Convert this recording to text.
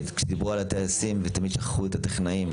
כשדיברו על הטייסים ותמיד שכחו את הטכנאים,